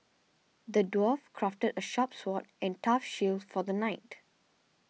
the dwarf crafted a sharp sword and a tough shield for the knight